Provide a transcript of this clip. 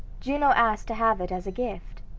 juno asked to have it as a gift.